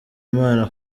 imana